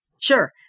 Sure